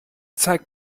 zeig